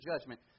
judgment